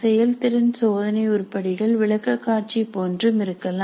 செயல்திறன் சோதனை உருப்படிகள் விளக்கக்காட்சி போன்றும் இருக்கலாம்